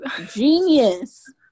genius